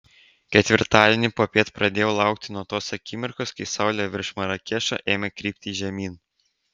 ketvirtadienį popiet pradėjau laukti nuo tos akimirkos kai saulė virš marakešo ėmė krypti žemyn